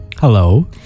Hello